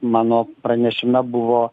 mano pranešime buvo